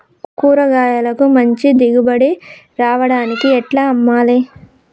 కూరగాయలకు మంచి దిగుబడి రావడానికి ఎట్ల అమ్మాలే?